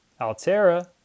altera